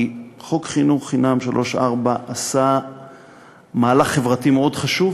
כי חוק חינוך חינם לבני שלוש-ארבע עשה מהלך חברתי מאוד חשוב.